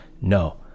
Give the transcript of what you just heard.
no